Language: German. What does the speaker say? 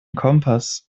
kompass